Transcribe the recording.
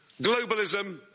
globalism